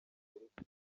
amerika